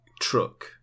truck